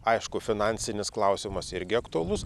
aišku finansinis klausimas irgi aktualus